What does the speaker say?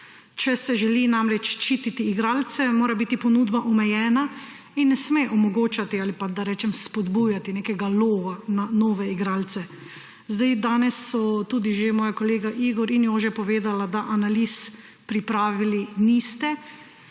Če se namreč želi ščititi igralce, mora biti ponudba omejena in ne sme omogočati ali pa, da rečem, spodbujati nekega lova na nove igralce. Danes sta tudi že moja kolega Igor in Jože povedala, da niste pripravili analiz.